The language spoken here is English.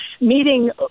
meeting